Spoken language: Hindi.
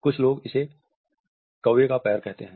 कुछ लोग इसे कौवे का पैर कहते हैं